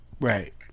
Right